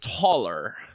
taller